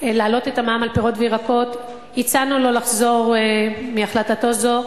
להעלות את המע"מ על פירות וירקות הצענו לו לחזור מהחלטתו זו,